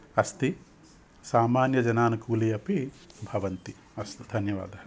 अस्ति सामान्यजनानुकूली अपि भवन्ति अस्तु धन्यवादः